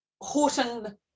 Horton